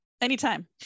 anytime